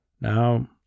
Now